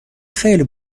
خیلی